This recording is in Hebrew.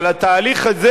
אבל התהליך הזה,